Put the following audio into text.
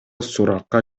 суракка